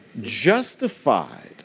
justified